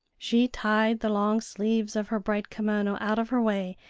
she tied the long sleeves of her bright kimono out of her way,